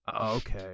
Okay